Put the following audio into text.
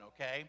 okay